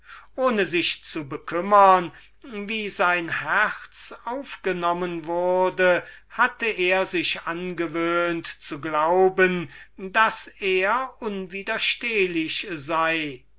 ohne sich zu bekümmern wie sein herz aufgenommen wurde hatte er sich angewöhnt zu glauben daß er unwiderstehlich sei